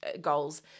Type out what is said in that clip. goals